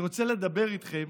אני רוצה לדבר איתכם